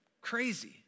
crazy